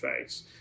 face